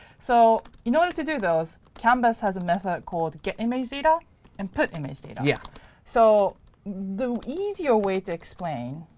so in order to do those, canvas has a method called getimagedata and putimagedata. yeah so the easier way to explain,